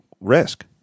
risk